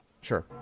Sure